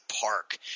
park